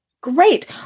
Great